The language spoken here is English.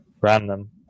random